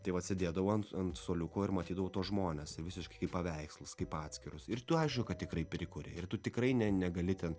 tai vat sėdėdavau an ant suoliuko ir matydavau tuos žmones visiškai kaip paveikslus kaip atskirus ir tu aišku kad tikrai prikuri ir tu tikrai ne negali ten